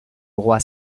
roi